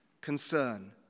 concern